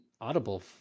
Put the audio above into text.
Audible